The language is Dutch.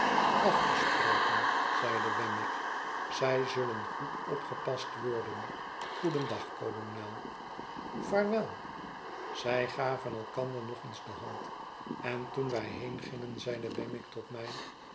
afgesproken zeide wemmick zij zullen goed opgepast worden goedendag kolonel vaarwel zij gaven elkander nog eens de hand en toen wij heengingen zeide wemmick tot mij